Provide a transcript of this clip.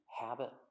habit